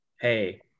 hey